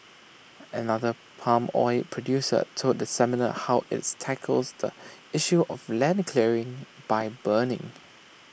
another palm oil producer told the seminar how its tackles the issue of land clearing by burning